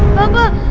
papa,